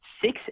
Six